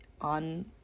on